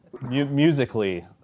musically